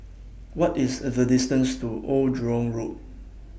What IS The distance to Old Jurong Road